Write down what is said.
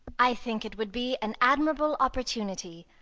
i think it would be an admirable opportunity.